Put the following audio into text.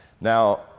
Now